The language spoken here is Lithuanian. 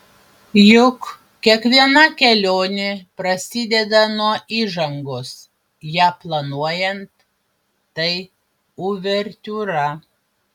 juk kiekviena kelionė prasideda nuo įžangos ją planuojant tai uvertiūra